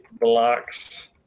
blocks